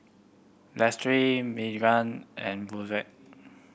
Meagan and